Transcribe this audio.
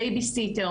בייביסיטר,